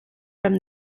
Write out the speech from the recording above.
from